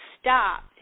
stop